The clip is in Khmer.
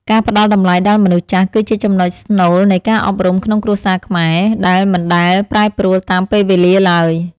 ការផ្ដល់តម្លៃដល់មនុស្សចាស់ គឺជាចំណុចស្នូលនៃការអប់រំក្នុងគ្រួសារខ្មែរដែលមិនដែលប្រែប្រួលតាមពេលវេលាឡើយ។